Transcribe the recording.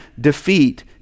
defeat